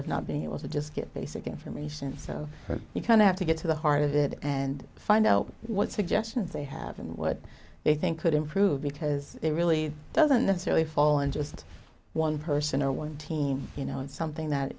of not being able to just get basic information so you kind of have to get to the heart of it and find out what suggestions they have and what they think could improve because it really doesn't necessarily fall in just one person or one team you know it's something that